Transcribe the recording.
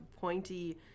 pointy